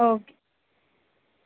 okay